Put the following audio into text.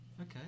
okay